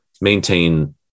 maintain